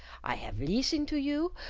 i have leestened to you,